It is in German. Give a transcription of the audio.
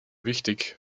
wichtig